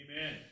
Amen